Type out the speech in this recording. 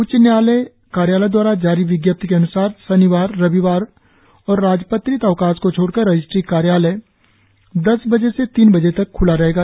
उच्च न्यायालय कार्यालय दवारा जारी विज्ञप्ति के अन्सार शनिवार रविवार और राजपत्रित अवकाश को छोड़कर रजिस्ट्री कार्यालय दस बजे से तीन बजे तक ख्ला रहेगा